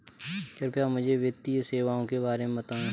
कृपया मुझे वित्तीय सेवाओं के बारे में बताएँ?